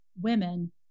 women